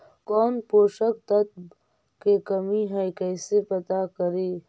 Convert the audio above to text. कौन पोषक तत्ब के कमी है कैसे पता करि?